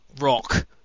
Rock